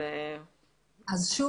אני שוב